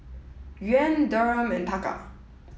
Yuan Dirham and Taka